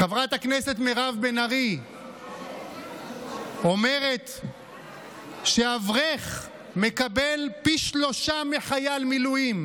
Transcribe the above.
חברת הכנסת מירב בן ארי אומרת שאברך מקבל פי שלושה מחייל מילואים.